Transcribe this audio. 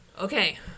Okay